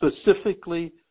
specifically